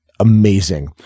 amazing